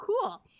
cool